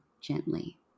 gently